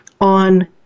on